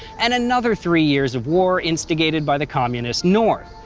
and another three years of war instigated by the communist north.